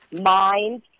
mind